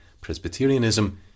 Presbyterianism